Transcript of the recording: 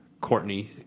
courtney